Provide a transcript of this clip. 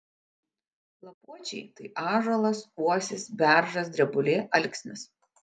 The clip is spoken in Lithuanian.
lapuočiai tai ąžuolas uosis beržas drebulė alksnis